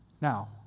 now